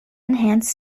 enhance